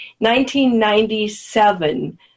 1997